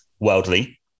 worldly